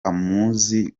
amuzi